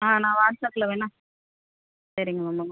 ஆ நான் வாட்ஸ்அப்பில் வேணால் சரிங்க மேம்